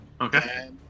Okay